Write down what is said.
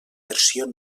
versió